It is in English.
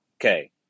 Okay